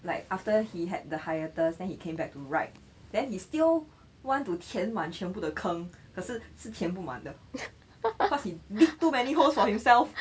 like after he had the hiatus then he came back to write then he still want to 填满全部的坑可是是填不满的 cause he dig too many holes for himself yes wait ya